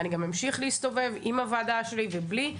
אני גם אמשיך להסתובב עם הוועדה שלי ובלי.